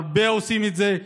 הרבה עושים את זה,